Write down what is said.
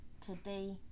Today